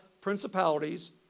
principalities